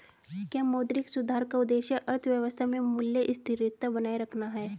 क्या मौद्रिक सुधार का उद्देश्य अर्थव्यवस्था में मूल्य स्थिरता बनाए रखना है?